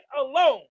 alone